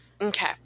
Okay